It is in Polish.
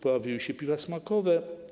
Pojawiły się piwa smakowe.